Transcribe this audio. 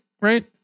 right